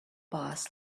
boss